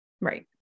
Right